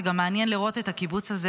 זה גם מעניין לראות את הקיבוץ הזה